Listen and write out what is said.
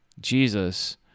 Jesus